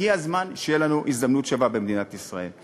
הגיע הזמן שתהיה לנו הזדמנות במדינת ישראל.